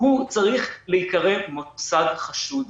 צריך להיקרא מוסד חשוד.